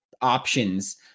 options